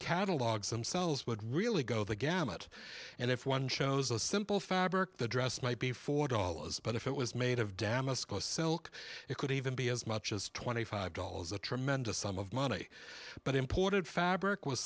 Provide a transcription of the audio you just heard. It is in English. catalogs themselves would really go the gamut and if one shows a simple fabric the dress might be four dollars but if it was made of damask a silk it could even be as much as twenty five dollars a tremendous sum of money but imported fabric was